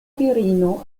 virino